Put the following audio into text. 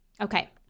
Okay